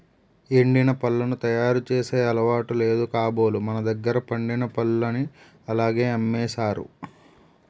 ఎండిన పళ్లను తయారు చేసే అలవాటు లేదు కాబోలు మనదగ్గర పండిన పల్లని అలాగే అమ్మేసారు